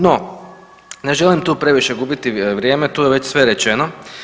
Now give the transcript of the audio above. No ne želim tu previše gubiti vrijeme, tu je već sve rečeno.